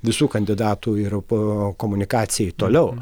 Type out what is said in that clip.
visų kandidatų ir po komunikacijai toliau